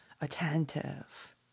attentive